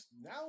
now